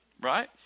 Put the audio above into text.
right